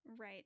Right